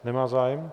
Nemá zájem?